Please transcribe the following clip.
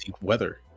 weather